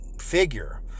figure